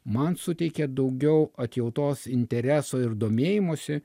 man suteikia daugiau atjautos intereso ir domėjimosi